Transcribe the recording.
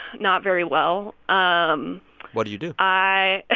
not very well um what do you do? i